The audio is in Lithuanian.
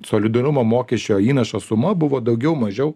solidarumo mokesčio įnašo suma buvo daugiau mažiau